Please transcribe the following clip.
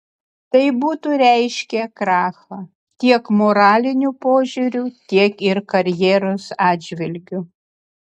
tai būtų reiškę krachą tiek moraliniu požiūriu tiek ir karjeros atžvilgiu